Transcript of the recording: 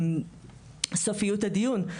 סופיות הדיון,